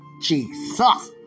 Jesus